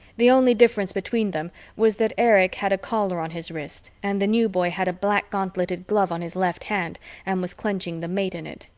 the only difference between them was that erich had a caller on his wrist and the new boy had a black-gauntleted glove on his left hand and was clenching the mate in it,